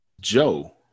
joe